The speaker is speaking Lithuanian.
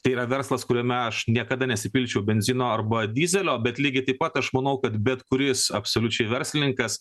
tai yra verslas kuriame aš niekada nesipilčiau benzino arba dyzelio bet lygiai taip pat aš manau kad bet kuris absoliučiai verslininkas